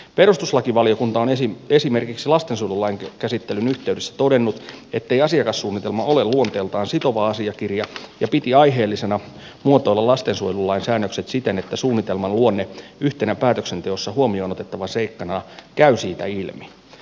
perustuslakivaliokunta on esimerkiksi lastensuojelulain käsittelyn yhteydessä todennut ettei asiakassuunnitelma ole luonteeltaan sitova asiakirja ja piti aiheellisena muotoilla lastensuojelulain säännökset siten että suunnitelman luonne yhtenä päätöksenteossa huomioon otettavana seikkana käy siitä ilmi